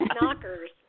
knockers